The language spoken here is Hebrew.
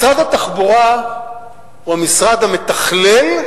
משרד התחבורה הוא המשרד המתכלל,